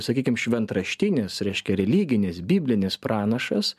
sakykim šventraštinis reiškia religinis biblinis pranašas